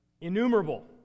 innumerable